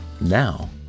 Now